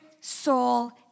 soul